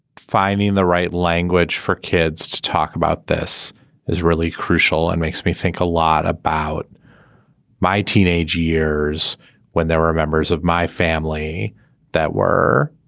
finding the right language for kids to talk about this is really crucial and makes me think a lot about my teenage years when there were members of my family that were